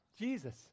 Jesus